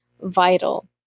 vital